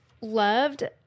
loved